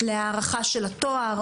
להערכה של התואר,